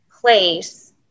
place